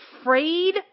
afraid